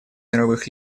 мировых